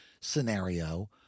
scenario